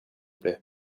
plait